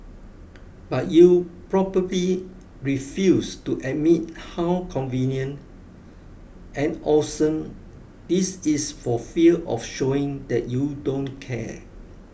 but you probably refuse to admit how convenient and awesome this is for fear of showing that you don't care